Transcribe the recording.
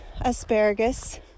asparagus